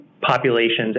populations